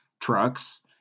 trucks